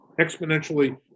exponentially